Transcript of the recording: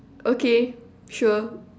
okay sure